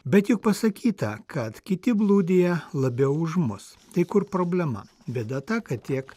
bet juk pasakyta kad kiti blūdija labiau už mus tai kur problema bėda ta kad tiek